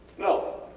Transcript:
no.